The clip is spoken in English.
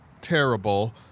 terrible